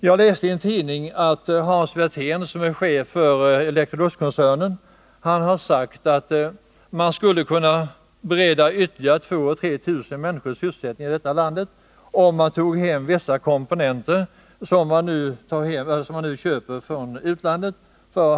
Jag läste i en tidning att Hans Werthén, som är chef för Electroluxkoncernen, har sagt att man skulle kunna bereda ytterigare 2000-3000 människor sysselsättning i detta land om man tog hem tillverkning av vissa komponenter som man nu köper från utlandet.